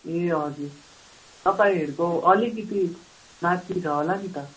ए हजुर तपाईँहरूको अलिकिति माथि छ होला नि त